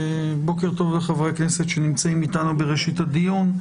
ברוכים הבאים לחברי הכנסת שנמצאים אתנו בראשית הדיון,